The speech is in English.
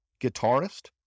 guitarist